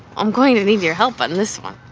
i'm going to need your help on this one.